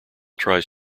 tries